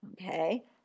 okay